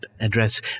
address